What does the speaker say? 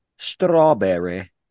strawberry